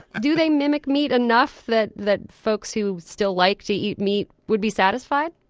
do they mimic meat enough that the folks who still like to eat meat would be satisfied?